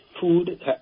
food